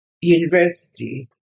university